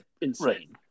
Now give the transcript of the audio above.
insane